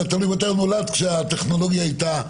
או מאז שהטכנולוגיה הזו כבר הייתה קיימת.